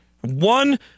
One